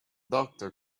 doctor